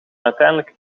uiteindelijk